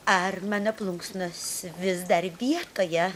ar mane plunksnos vis dar vietoje